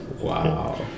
Wow